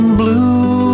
blue